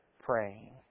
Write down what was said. praying